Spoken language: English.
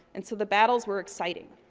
and so, the battles were exciting.